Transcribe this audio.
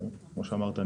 כמו שאמרת,